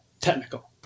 technical